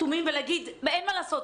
ולהגיד: אין מה לעשות,